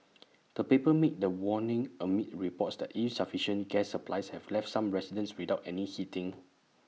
the paper made the warning amid reports that insufficient gas supplies have left some residents without any heating